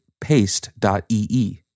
paste.ee